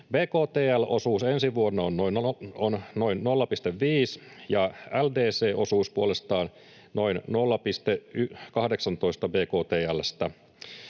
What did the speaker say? Bktl-osuus ensi vuonna on noin 0,5 ja LDC-osuus puolestaan noin 0,18